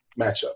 matchup